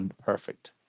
perfect